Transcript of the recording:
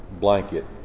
blanket